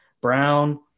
Brown